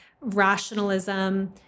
rationalism